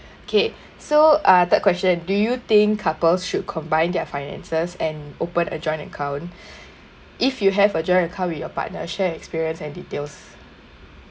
okay so uh third question do you think couples should combine their finances and open a joint account if you have a joint account with your partner share experience and details